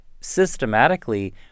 systematically